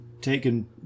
taken